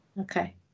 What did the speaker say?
Okay